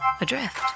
Adrift